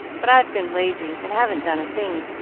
but i've been lazy and haven't done a thing.